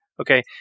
Okay